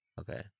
Okay